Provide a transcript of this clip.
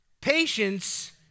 Patience